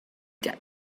that